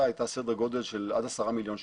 הייתה בסדר גודל של עד עשרה מיליון שקל,